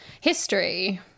history